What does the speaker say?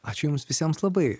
ačiū jums visiems labai